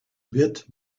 bit